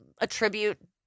attribute